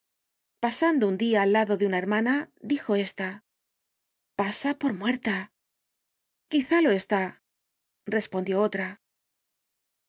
pasando un dia al lado de una hermana dijo ésta pasa por muerta quizá lo está respondió otra hacíanse